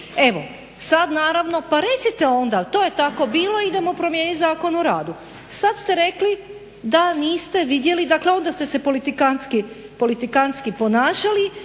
Evo, sad naravno pa recite onda to je tako bilo, idemo promijeniti Zakon o radu. Sad ste rekli da niste vidjeli, dakle onda ste se politikantski ponašali,